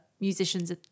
musicians